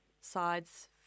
sides